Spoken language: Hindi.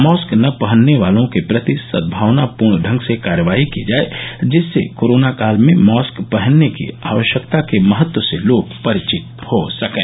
मॉस्क न पहनने वालों के प्रति सदभावनापर्ण ढंग से कार्यवाही की जाय जिससे कोरोना काल में मॉस्क पहनने की आवश्यकता के महत्व से लोग परिचित हो सकें